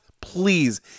Please